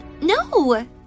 no